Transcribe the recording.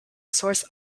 source